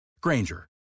Granger